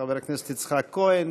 חבר הכנסת יצחק כהן.